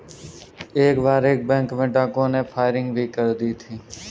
एक बार एक बैंक में डाकुओं ने फायरिंग भी कर दी थी